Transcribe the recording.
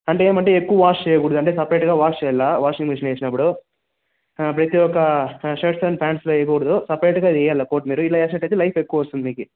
అంటే ఏంటంటే ఎక్కువ వాష్ చేయకూడదు అంటే సెపరేట్గా వాష్ చేయాలి వాషింగ్ మిషన్ వేసినప్పుడు పెట్టి ఒక షర్ట్స్ అండ్ ప్యాంట్స్ వేయకూడదు సెపరేటుగా వేయాల కోట్ మీరు ఇలా వేసినట్టు అయితే లైఫ్ ఎక్కువ వస్తుంది మీకు